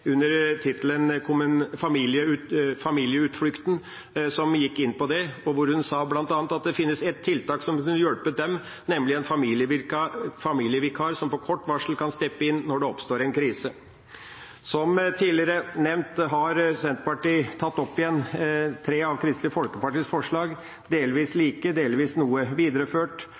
under tittelen Familieutflukten, hvor hun bl.a. sa at det finnes et tiltak som kunne hjulpet dem, nemlig en familievikar som på kort varsel kan steppe inn når det oppstår en krise. Som tidligere nevnt har Senterpartiet tatt opp igjen tre av Kristelig Folkepartis forslag, delvis like, delvis noe videreført.